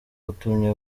utumye